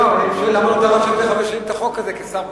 אני שואל: למה לא דרשת, כשר פנים,